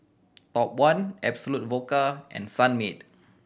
Top One Absolut Vodka and Sunmaid